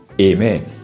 Amen